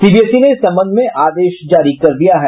CBSE ने इस संबंध में आदेश जारी कर दिया है